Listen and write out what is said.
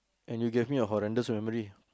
and you gave me a horrendous memory